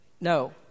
No